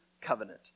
covenant